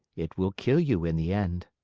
it will kill you in the end.